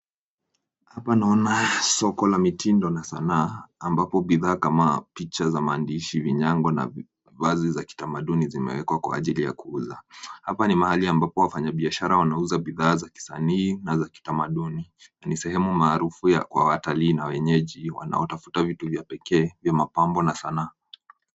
Hapa naona soko la mitindo na sanaa ambapo bidhaa kama picha za maandishi, vinyago na mavazi za kitamaduni zimewekwa kwa ajili ya kuuza. Hapa ni mahali ambapo wafanyibiashara wanauza bidhaa za kisanii na za kitamaduni na ni sehemu maarufu kwa watalii na wenyeji wanaotafuta vitu vya kipekee vya mapambo na sanaa.